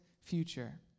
future